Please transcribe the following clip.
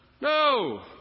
No